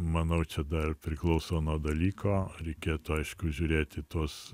manau čia dar priklauso nuo dalyko reikėtų aišku žiūrėt į tuos